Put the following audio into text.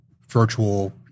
virtual